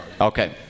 Okay